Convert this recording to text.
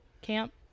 camp